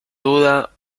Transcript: duda